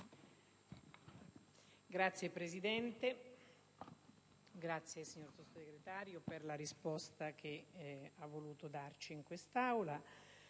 Signor Presidente, ringrazio il signor Sottosegretario per la risposta che ha voluto dare in quest'Aula.